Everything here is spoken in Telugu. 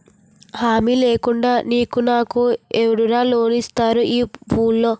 హామీ లేకుండా నీకు నాకు ఎవడురా లోన్ ఇస్తారు ఈ వూళ్ళో?